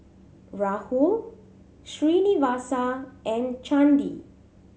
Rahul Srinivasa and Chandi